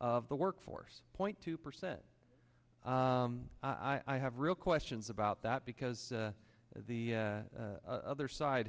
of the workforce point two percent i have real questions about that because as the other side